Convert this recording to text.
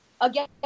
again